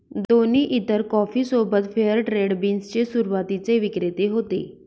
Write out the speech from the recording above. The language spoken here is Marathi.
दोन्ही इतर कॉफी सोबत फेअर ट्रेड बीन्स चे सुरुवातीचे विक्रेते होते